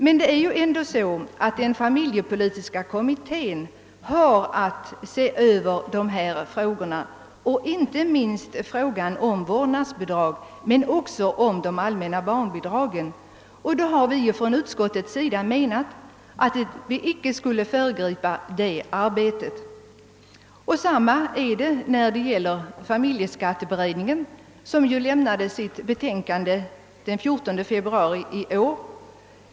Men den familjepolitiska kommittén har ändå att se över dessa frågor — inte minst frågan om vårdnadsbidrag men också frågan om de allmänna barnbidragen. Vi har i utskottet menat att vi icke skulle föregripa det arbetet. Detsamma gäller familjeskatteberedningen, som ju lämnade sitt betänkande den 14 februari i år.